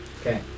Okay